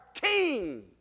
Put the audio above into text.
King